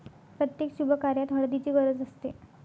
प्रत्येक शुभकार्यात हळदीची गरज असते